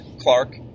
Clark